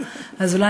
זה לא קשור.